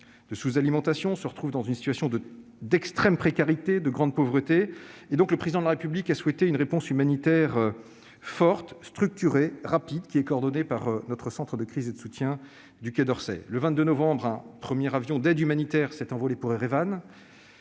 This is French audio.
de sous-alimentation et se trouvent dans une situation d'extrême précarité et de grande pauvreté. Le Président de la République a souhaité une réponse humanitaire forte, structurée et rapide. Elle est coordonnée par le centre de crise et de soutien du Quai d'Orsay. Le 22 novembre, un premier avion d'aide humanitaire s'est envolé pour Erevan.